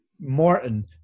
Morton